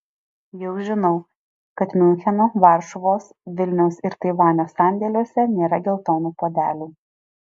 jau žinau kad miuncheno varšuvos vilniaus ir taivanio sandėliuose nėra geltonų puodelių